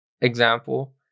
example